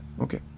okay